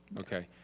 okay.